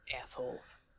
Assholes